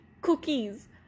cookies